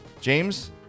james